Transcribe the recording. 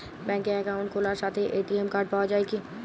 ব্যাঙ্কে অ্যাকাউন্ট খোলার সাথেই এ.টি.এম কার্ড পাওয়া যায় কি?